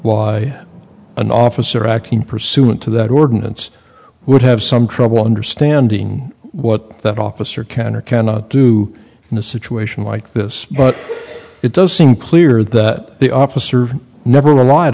why an officer acting pursuant to that ordinance would have some trouble understanding what that officer can or cannot do in a situation like this but it does seem clear that the officer never relied